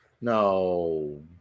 No